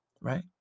right